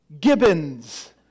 Gibbons